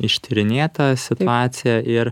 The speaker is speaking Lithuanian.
ištyrinėta situacija ir